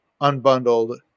unbundled